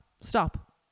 stop